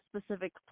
specific